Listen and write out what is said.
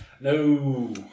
No